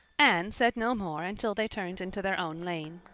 anne said no more until they turned into their own lane.